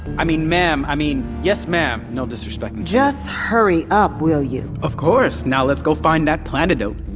i mean, ma'am, i mean, yes ma'am! no disrespect just hurry up, will you? of course! now let's go find that plantidote!